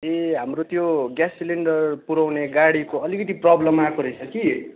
ए हाम्रो त्यो gas cylinder पुर्याउने गाडीको अलिकति प्रबलम आएको रहेछ कि